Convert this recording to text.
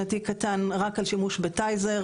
מדו"ח שנתי קטן רק על שימוש ב"טייזר",